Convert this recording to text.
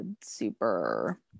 super